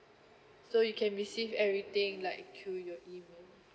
so you can receive everything like through your email